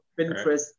Pinterest